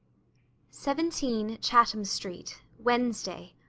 seventeen, chatham street, wednesday.